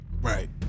Right